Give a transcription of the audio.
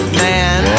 man